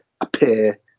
appear